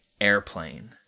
Airplane